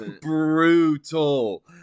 Brutal